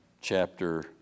chapter